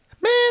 Man